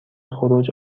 خروج